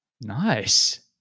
Nice